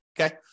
okay